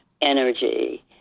energy